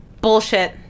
Bullshit